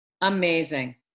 Amazing